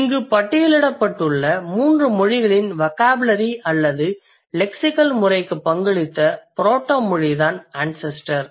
இங்கு பட்டியலிட்டுள்ள 3 மொழிகளின் வொகாபுலரி அல்லது லெக்சிகல் முறைக்கு பங்களித்த புரோட்டோ மொழிதான் அன்செஸ்டர்